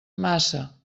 massa